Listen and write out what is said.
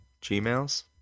Gmails